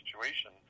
situation